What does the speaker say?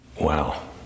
Wow